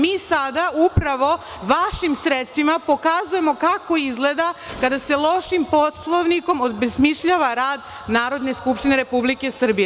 Mi sada, upravo vašim sredstvima pokazujemo kako izgleda kada se lošim Poslovnikom obesmišljava rad Narodne skupštine Republike Srbije.